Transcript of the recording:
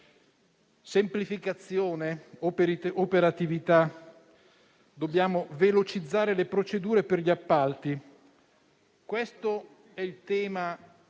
Semplificazione e operatività: dobbiamo velocizzare le procedure per gli appalti. Questo è il tema